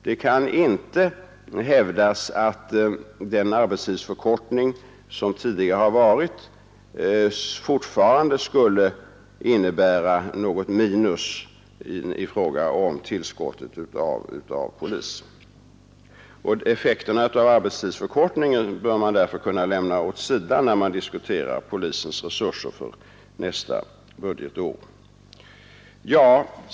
Det kan inte hävdas att den arbetstidsförkortning som tidigare genomförts fortfarande skulle innebära något minus i fråga om tillskottet av poliser. Effekterna av arbetstidsförkortningen bör man därför kunna lämna åt sidan när man diskuterar polisens resurser för nästa budgetår.